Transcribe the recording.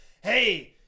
Hey